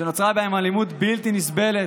שנוצרה בהן אלימות בלתי נסבלת.